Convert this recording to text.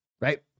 right